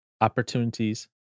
opportunities